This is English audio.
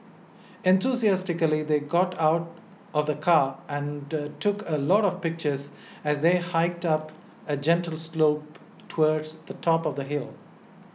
enthusiastically they got out of the car and took a lot of pictures as they hiked up a gentle slope towards the top of the hill